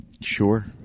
Sure